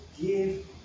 give